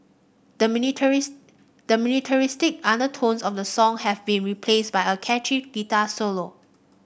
the militaris the militaristic undertones of the song have been replaced by a catchy guitar solo